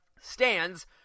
stands